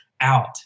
out